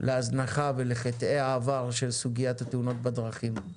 להזנחה ולחטאי העבר של סוגיית התאונות בדרכים,